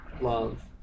love